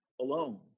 alone